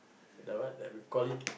the what that we called it